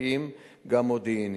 חקירתיים וגם מודיעיניים.